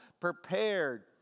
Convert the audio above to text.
prepared